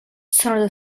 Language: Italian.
sono